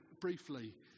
briefly